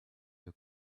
your